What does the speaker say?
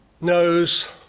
knows